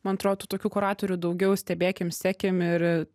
man atrodo tų tokių kuratorių daugiau stebėkim sekim ir